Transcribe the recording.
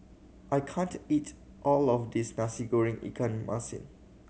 I can't eat all of this Nasi Goreng ikan masin